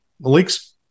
Malik's